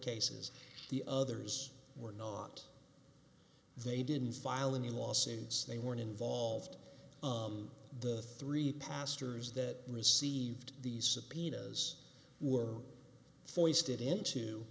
cases the others were not they didn't file any lawsuits they weren't involved the three pastors that received these subpoenas were foisted into